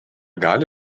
gali